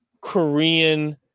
Korean